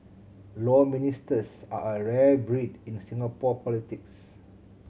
Law Ministers are a rare breed in Singapore politics